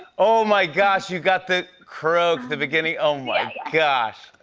oh, my gosh, you got the croak, the beginning. oh, my gosh.